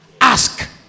Ask